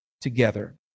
together